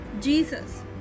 Jesus